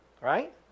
Right